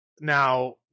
now